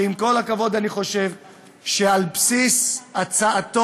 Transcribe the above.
שעם כל הכבוד, אני חושב שבסיס הצעתו,